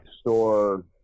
Store